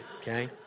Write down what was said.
okay